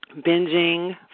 binging